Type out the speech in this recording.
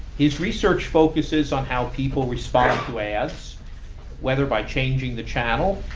his research focuses on how people respond to ads, whether by changing the channel,